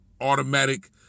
automatic